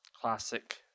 Classic